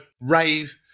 rave